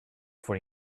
for